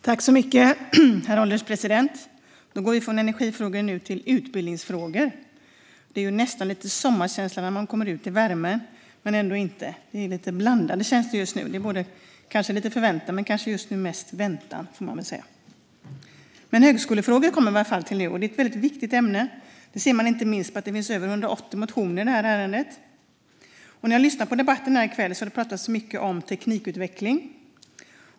Herr ålderspresident! Vi går nu från energifrågor till utbildningsfrågor. Det är nästan lite sommarkänsla när man kommer ut i värmen, men ändå inte. Det är lite blandade känslor just nu. Det är kanske lite förväntan men mest väntan. Vi kommer nu till högskolefrågor. Det är ett väldigt viktigt ämne. Det ser man inte minst på att det finns över 180 motioner i ärendet. När jag har lyssnat på debatten här i kväll har det talats mycket om teknikutveckling.